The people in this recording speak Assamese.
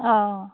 অঁ